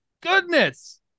goodness